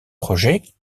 project